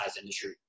industry